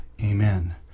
amen